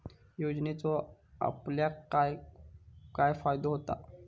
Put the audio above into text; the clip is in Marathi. योजनेचो आपल्याक काय काय फायदो होता?